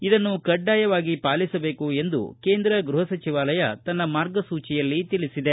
ಇದನ್ನು ಕಡ್ಡಾಯವಾಗಿ ಪಾಲಿಸಬೇಕು ಎಂದು ಕೇಂದ್ರ ಗೃಹ ಸಚಿವಾಲಯ ತನ್ನ ಮಾರ್ಗಸೂಚಿಯಲ್ಲಿ ತಿಳಿಸಿದೆ